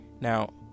now